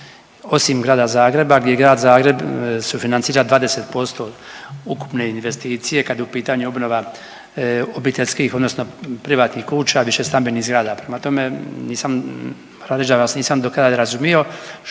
Osim Grada Zagreba gdje Grad Zagreb sufinancira 20% ukupne investicije kad je u pitanju obnova obiteljskih odnosno privatnih kuća i višestambenih zgrada. Prema tome, nisam…/Govornik se ne razumije/…da vas nisam do kraja razumio